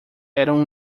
eram